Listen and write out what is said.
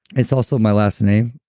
it's also my last name,